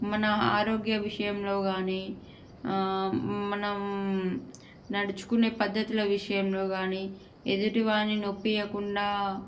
మన ఆరోగ్య విషయంలో కాని మనం నడుచుకునే పద్ధతుల విషయంలో కాని ఎదుటివారి నొప్పివ్వకుండా